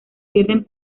pierden